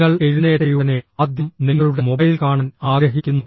നിങ്ങൾ എഴുന്നേറ്റയുടനെ ആദ്യം നിങ്ങളുടെ മൊബൈൽ കാണാൻ ആഗ്രഹിക്കുന്നു